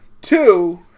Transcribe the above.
Two